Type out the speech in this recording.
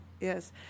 yes